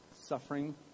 suffering